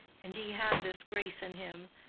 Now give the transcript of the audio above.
and he had this grace in him,